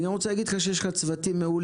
אני רוצה להגיד לך גם שיש לך צוותים מעולים.